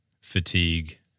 fatigue